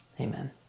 amen